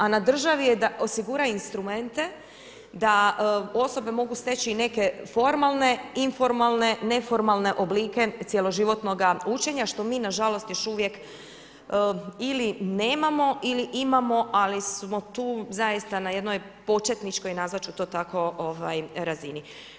A na državi da osigura instrumente, da osobe mogu steći neke formalne i informalne, neformalne oblike cijeloživotnog učenja, što mi nažalost, još uvijek nemamo ili imamo ali smo tu zaista na jednoj početničkoj i nazvati ću to tako razini.